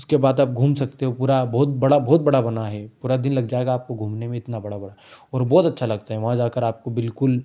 उसके बाद आप घूम सकते हो पूरा बहुत बड़ा बहुत बड़ा बना है पूरा दिन लग जाएगा आपको घूमने में इतना बड़ा ब और बहुत अच्छा लगता है वहाँ जाकर आपको बिलकुल